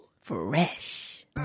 Fresh